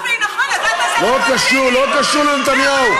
לא קשור, לא קשור לנתניהו.